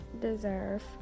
deserve